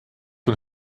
van